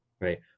right